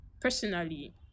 personally